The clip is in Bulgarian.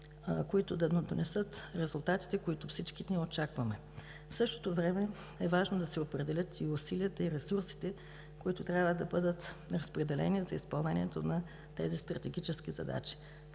които да донесат резултатите, които всички ние очакваме. В същото време е важно да се определят усилията и ресурсите, които трябва да бъдат разпределени за изпълнението на тези стратегически задачи.